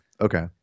Okay